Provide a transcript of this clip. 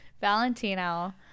Valentino